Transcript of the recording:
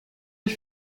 ich